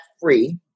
free